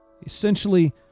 Essentially